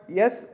yes